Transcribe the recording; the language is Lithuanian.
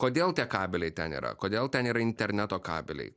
kodėl tie kabeliai ten yra kodėl ten yra interneto kabeliai